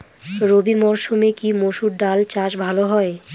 রবি মরসুমে কি মসুর ডাল চাষ ভালো হয়?